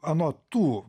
anot tų